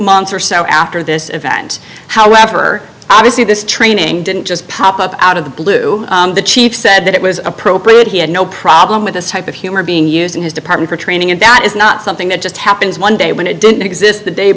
months or so after this event however obviously this training didn't just pop up out of the blue the chief said that it was appropriate he had no problem with this type of humor being used in his department or training and that is not something that just happens one day when it didn't exist the day